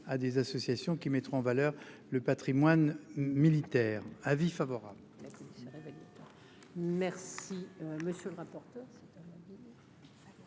à des associations qui mettront en valeur le Patrimoine militaire. Avis favorable.